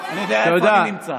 תודה.